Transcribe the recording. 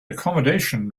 accommodation